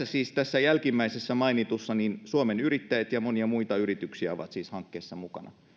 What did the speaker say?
siis tässä jälkimmäisessä mainitussa hankkeessa suomen yrittäjät ja monia yrityksiä on mukana